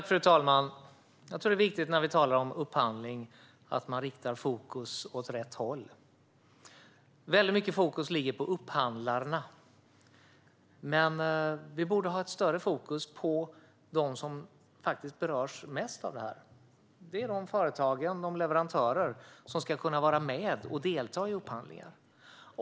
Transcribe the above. Fru talman! När vi talar om upphandling tror jag att det är viktigt att vi riktar fokus åt rätt håll. Väldigt mycket fokus ligger på upphandlarna, men vi borde ha större fokus på dem som berörs mest: de företag och leverantörer som ska kunna vara med och delta i upphandlingar.